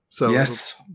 Yes